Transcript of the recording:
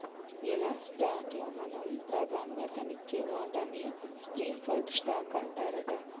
ఎలా స్టాక్ లో మనం ప్రాధాన్యత నిచ్చే వాటాన్ని ప్రిఫర్డ్ స్టాక్ అంటారట